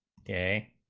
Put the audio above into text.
day